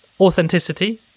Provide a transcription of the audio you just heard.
authenticity